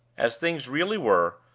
as things really were,